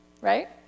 Right